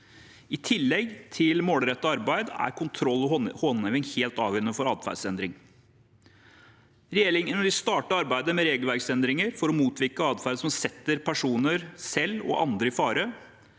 I tillegg til målrettet arbeid er kontroll og håndheving helt avgjørende for atferdsendring. Regjeringen vil starte arbeidet med regelverksendringer for å motvirke atferd som setter enkeltpersoner selv og andre i fare.